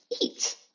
Eat